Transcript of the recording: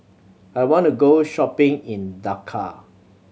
I want to go shopping in Dakar